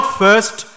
first